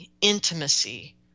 intimacy